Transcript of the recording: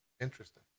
Interesting